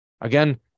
again